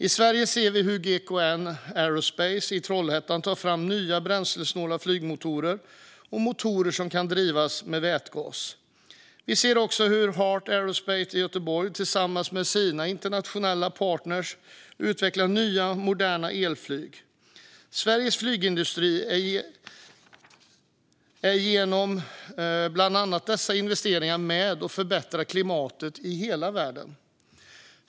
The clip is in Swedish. I Sverige ser vi hur GKN Aerospace i Trollhättan tar fram nya bränslesnåla flygmotorer och motorer som kan drivas med vätgas. Vi ser också hur Heart Aerospace i Göteborg tillsammans med sina internationella partner utvecklar nya moderna elflyg. Sveriges flygindustri är genom bland annat dessa investeringar med och förbättrar klimatet i hela världen.